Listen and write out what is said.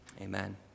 amen